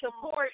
support